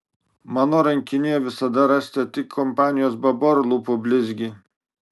mano rankinėje visada rasite tik kompanijos babor lūpų blizgį